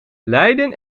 leiden